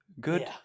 Good